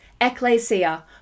Ecclesia